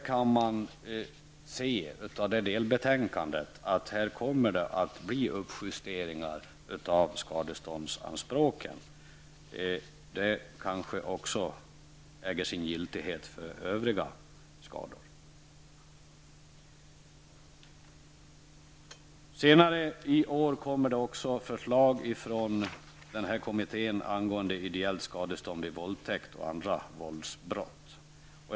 Man kan se att det kommer att bli uppjusteringar av skadeståndsanspråken. Det kanske också äger giltighet för övriga skador. Senare i år läggs också fram förslag från kommittén om ideellt skadestånd vid våldtäkt och andra våldsbrott.